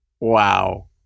Wow